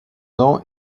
noms